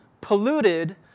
polluted